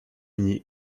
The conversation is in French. uni